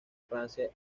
francia